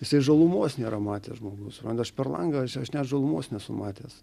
jisai žalumos nėra matęs žmogus suprantat aš per langą aš net žalumos nesu matęs